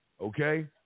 Okay